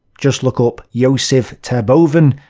just look up josef terboven,